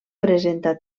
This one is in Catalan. presenta